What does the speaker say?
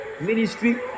ministry